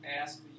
ask